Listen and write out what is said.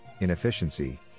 inefficiency